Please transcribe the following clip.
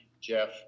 Jeff